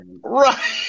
right